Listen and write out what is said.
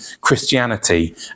Christianity